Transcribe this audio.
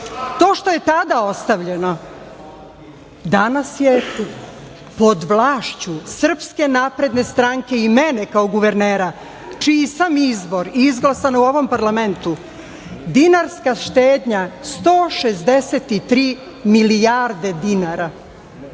što je tada ostavljeno danas je, pod vlašću SNS i mene kao guvernera, čiji sam izbor i izglasana u ovom parlamentu, dinarska štednja 163 milijarde dinara,